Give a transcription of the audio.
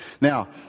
Now